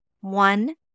one